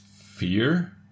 fear